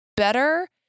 better